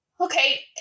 okay